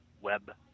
web